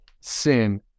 sin